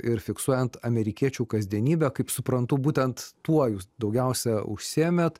ir fiksuojant amerikiečių kasdienybę kaip suprantu būtent tuo jūs daugiausia užsiėmėt